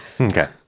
Okay